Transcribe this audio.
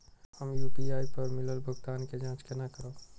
हम यू.पी.आई पर मिलल भुगतान के जाँच केना करब?